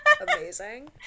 Amazing